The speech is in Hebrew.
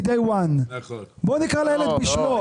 מ-Day One. בואו נקרא לילד בשמו.